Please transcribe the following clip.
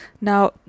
Now